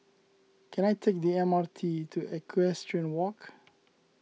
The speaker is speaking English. can I take the M R T to Equestrian Walk